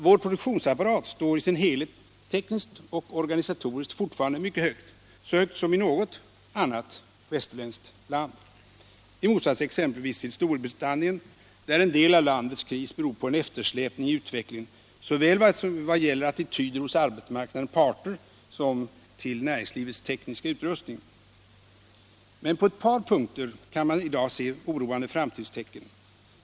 Vår produktionsapparat står i sin helhet tekniskt och organisatoriskt fortfarande mycket högt, lika högt som i något annat västerländskt land och högre än exempelvis i Storbritannien, där en del av landets kris beror på en eftersläpning i utvecklingen i vad gäller såväl attityder hos arbetsmarknadens parter som näringslivets tekniska utrustning. Men på ett par punkter kan man i dag se oroande framtidstecken.